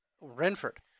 Renford